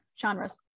genres